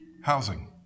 housing